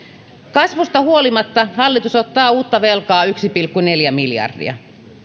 kasvusta huolimatta hallitus ottaa uutta velkaa yksi pilkku neljä miljardia